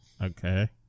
okay